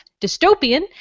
Dystopian